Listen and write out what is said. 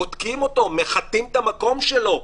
בודקים, מחטאים את המקום שלו.